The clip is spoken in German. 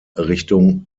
richtung